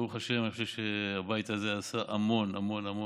ברוך השם, אני חושב שהבית הזה עשה המון, המון,